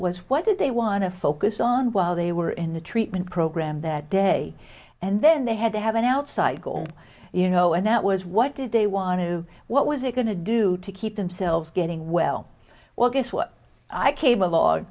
was what did they want to focus on while they were in the treatment program that day and then they had to have an outside goal you know and that was what did they want to do what was it going to do to keep themselves getting well well guess what i came a lo